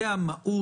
זה המהות.